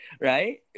right